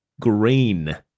green